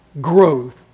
growth